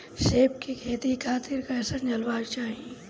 सेब के खेती खातिर कइसन जलवायु चाही?